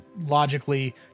logically